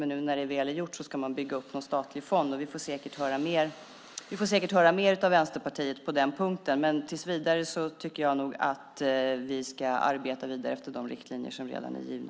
Men nu när det väl är gjort ska man bygga upp någon statlig fond. Vi får säkert höra mer av Vänsterpartiet på den punkten. Men tills vidare tycker jag nog att vi ska arbeta vidare efter de riktlinjer som redan är givna.